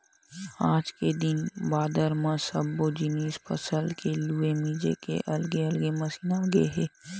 आज के दिन बादर म सब्बो जिनिस फसल के लूए मिजे के अलगे अलगे मसीन आगे हे